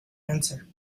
answer